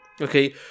okay